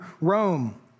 Rome